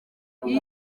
iyi